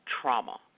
trauma